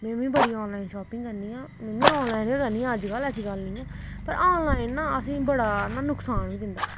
मिमी बड़ी आनलाइन शापिंगा करनी आं मिमी आनलाइन गै करनी आं अजकल ऐसी गल्ल नी ऐ पर आनलाइन ना असेंगी बड़ा ना नुक्सान बी दिंदा